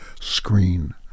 screen